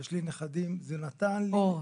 יש לי נכדים, זה נתן לי אור.